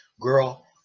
Girl